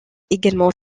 également